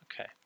Okay